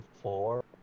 Four